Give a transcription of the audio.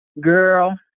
Girl